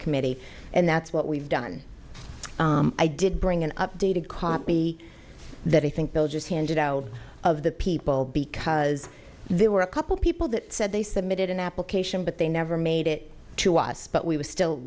committee and that's what we've done i did bring an updated copy that i think bill just handed out of the people because there were a couple people that said they submitted an application but they never made it to us but we were still